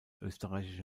österreichische